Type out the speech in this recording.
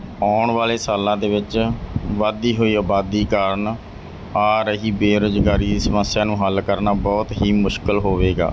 ਆਉਣ ਵਾਲੇ ਸਾਲਾਂ ਦੇ ਵਿੱਚ ਵਧਦੀ ਹੋਈ ਆਬਾਦੀ ਕਾਰਨ ਆ ਰਹੀ ਬੇਰੁਜ਼ਗਾਰੀ ਦੀ ਸਮੱਸਿਆ ਨੂੰ ਹੱਲ ਕਰਨਾ ਬਹੁਤ ਹੀ ਮੁਸ਼ਕਿਲ ਹੋਵੇਗਾ